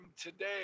today